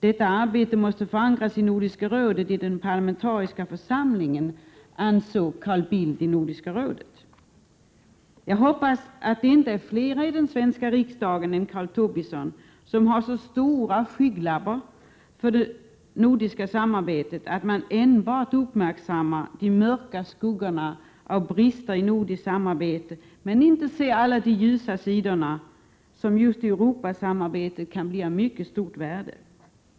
Detta arbete måste förankras i Nordiska rådet, i den parlamentariska församlingen, ansåg Carl Bildt. Jag hoppas att det inte är fler i den svenska riksdagen än Lars Tobisson som har så stora skygglappar för nordiskt samarbete att de enbart uppmärksammar de mörka skuggorna av brister i nordiskt samarbete men inte ser de ljusa sidorna, som just i Europasamarbetet kan bli av stort värde.